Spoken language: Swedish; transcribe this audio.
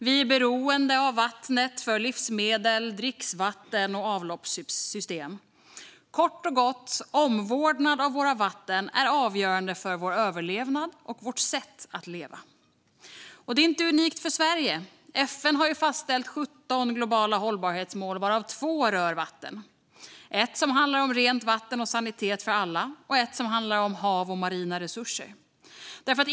Vi är beroende av vattnet för livsmedel, dricksvatten och avloppssystem. Omvårdnad av våra vatten är kort och gott avgörande för vår överlevnad och vårt sätt att leva. Detta är inte unikt för Sverige. FN har fastställt 17 globala hållbarhetsmål, varav 2 rör vatten. Ett handlar om rent vatten och sanitet för alla, och ett handlar om hav och marina resurser.